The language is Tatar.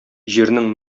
җирнең